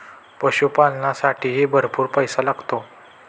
पशुपालनालासाठीही भरपूर पैसा लागतो